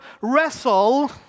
wrestle